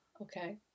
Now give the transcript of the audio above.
okay